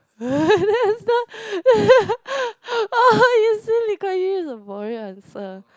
that's not you say Lee-Kuan-Yew is a boring answer